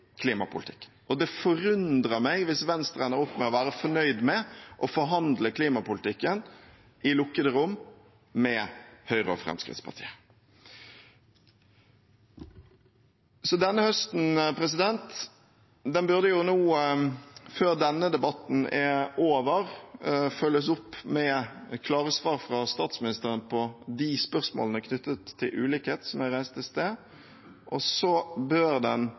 og det forundrer meg hvis Venstre ender opp med å være fornøyd med å forhandle klimapolitikken i lukkede rom med Høyre og Fremskrittspartiet. Så denne høsten burde nå, før denne debatten er over, følges opp med klare svar fra statsministeren på de spørsmålene knyttet til ulikhet som jeg reiste i sted, og så bør den